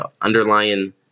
underlying